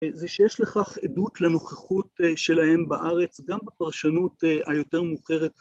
זה שיש לכך עדות לנוכחות שלהם בארץ, גם בפרשנות היותר מאוחרת